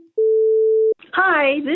Hi